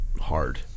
hard